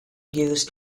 used